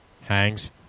Hangs